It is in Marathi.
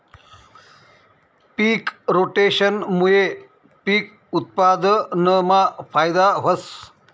पिक रोटेशनमूये पिक उत्पादनमा फायदा व्हस